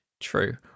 True